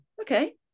okay